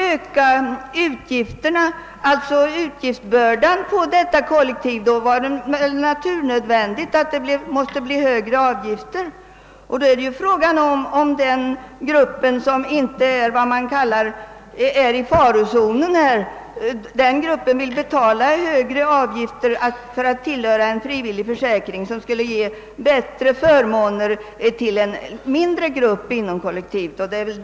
Om man ökar utgiftsbördan för kollektivet måste man ju höja avgifterna, och då är frågan om den grupp som inte är så att säga i farozonen vill betala högre avgifter för att tillhöra en frivillig försäkring som ger en mindre grupp inom kollektivet bättre förmåner.